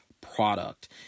product